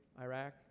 Iraq